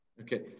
Okay